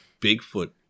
bigfoot